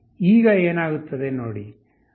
ಈಗ ಏನಾಗುತ್ತದೆ ನೋಡಿ